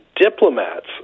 diplomats